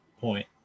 point